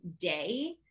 day